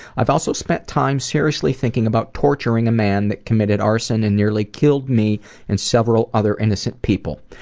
i've also spent time seriously thinking about torturing a man that committed arson and nearly killed me and several other innocent people.